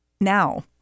Now